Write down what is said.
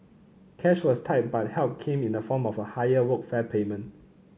cash was tight but help came in the form of a higher Workfare payment